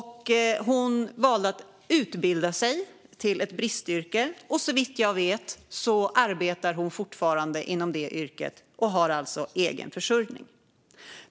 Hon valde att utbilda sig till ett bristyrke, och såvitt jag vet arbetar hon fortfarande inom det yrket och har alltså egen försörjning.